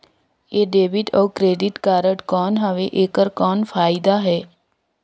ये डेबिट अउ credit card कौन हवे एकर कौन फाइदा हे?